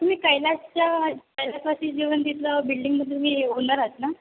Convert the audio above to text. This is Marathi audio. तुम्ही कैलासच्या कैलासवासी जीवन तिथलं बिल्डिंगमध्ये तुम्ही ओनर ना